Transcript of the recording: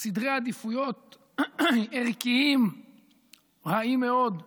סדרי עדיפויות ערכיים רעים מאוד.